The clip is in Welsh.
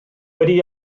wedi